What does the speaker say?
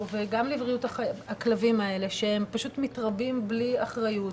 וגם לבריאות הכלבים האלה שהם פשוט מתרבים בלי אחריות,